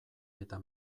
eta